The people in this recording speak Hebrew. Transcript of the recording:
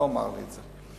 הוא לא אמר לי את זה.